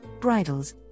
bridles